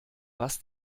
was